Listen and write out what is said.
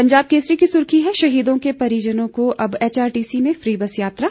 पंजाब केसरी की सुर्खी है शहीदों के परिजनों को अब एचआरटीसी में फ्री बस यात्रा